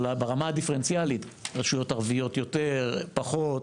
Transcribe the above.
ברמה הדיפרנציאלית, רשות ערביות יותר/פחות,